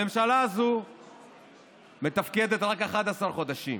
הממשלה הזו מתפקדת רק 11 חודשים.